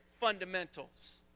fundamentals